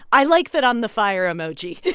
i like that i'm the fire emoji